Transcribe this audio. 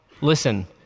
listen